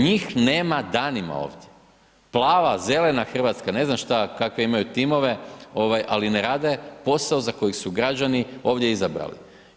Njih nema danima ovdje, plava, zelena RH, ne znam šta, kakve imaju timove, ali ne rade posao za koji su ih građani ovdje izabrali.